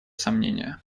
сомнения